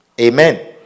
Amen